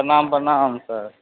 प्रणाम प्रणाम सर